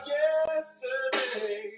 yesterday